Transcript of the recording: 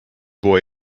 boy